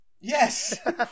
Yes